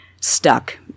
stuck